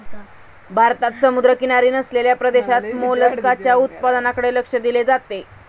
भारतात समुद्रकिनारी नसलेल्या प्रदेशात मोलस्काच्या उत्पादनाकडे लक्ष दिले जाते